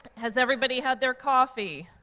has everybody had their coffee?